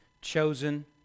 chosen